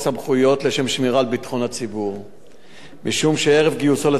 משום שערב גיוסו לצה"ל עמד לחובתו תיק פלילי שנסגר.